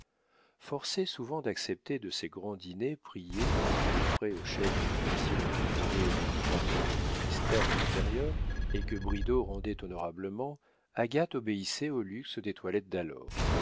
forcée souvent d'accepter de ces grands dîners priés qu'on offrait au chef de division qui menait une portion du ministère de l'intérieur et que bridau rendait honorablement agathe obéissait au luxe des toilettes d'alors